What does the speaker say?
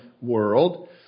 world